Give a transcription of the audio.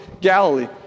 Galilee